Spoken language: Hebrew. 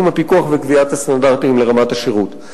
הפיקוח וקביעת הסטנדרטים לרמת השירות.